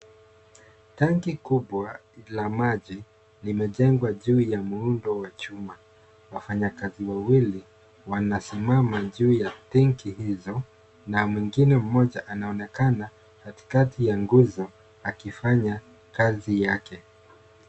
Tanki kubwa la maji limejengwa juu ya muundo wa chuma. Wafanyikazi wawili wanasimama juu ya tenki hizo na mwingine mmoja anaonekana katikati ya nguzo akifanya kazi yake.